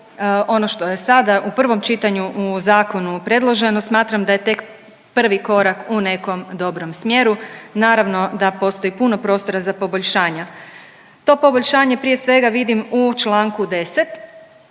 ono što je sada u prvom čitanju u zakonu predloženo smatram da je tek prvi korak u nekom dobrom smjeru. Naravno da postoji puno prostora za poboljšanja. To poboljšanje prije svega vidim u članku 10.